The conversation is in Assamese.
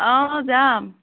অঁ যাম